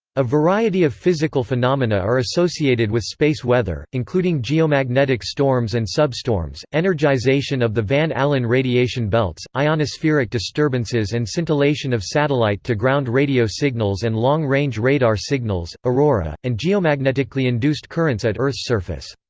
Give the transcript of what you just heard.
a variety of physical phenomena are associated with space weather, including geomagnetic storms and substorms, energization of the van allen radiation belts, ionospheric disturbances and scintillation of satellite-to-ground radio signals and long-range radar signals, aurora, and geomagnetically induced currents at earth's surface.